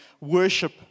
worship